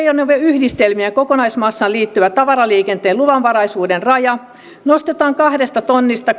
ajoneuvoyhdistelmien kokonaismassaan liittyvä tavaraliikenteen luvanvaraisuuden raja nostetaan kahdesta tonnista